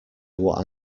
what